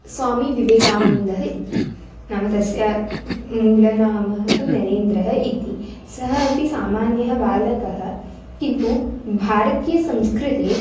स्वामी विवेकानन्दः इति नाम तस्य मा मूलनाम तु नरेन्द्रः इति सः अपि सामान्यः बालकः किन्तु भारतीयसंस्कृते